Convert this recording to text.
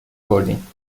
بردیم